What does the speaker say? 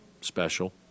special